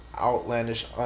outlandish